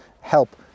help